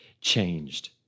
changed